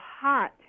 hot